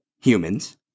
humans